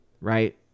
right